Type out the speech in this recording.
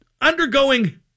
undergoing